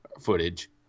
Footage